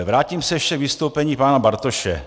Vrátím se ještě k vystoupení pana Bartoše.